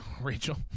Rachel